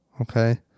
Okay